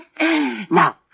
Now